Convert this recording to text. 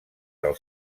del